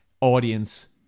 Audience